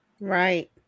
Right